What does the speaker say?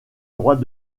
droits